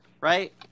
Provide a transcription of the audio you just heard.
right